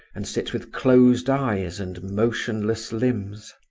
and sit with closed eyes and motionless limbs.